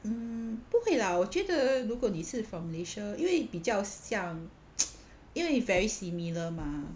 mm 不会啦我觉得如果你是 from malaysia 因为比较像 因为 very similar mah